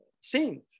saint